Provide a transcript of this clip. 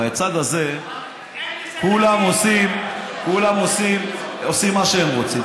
בצד הזה כולם עושים מה שהם רוצים.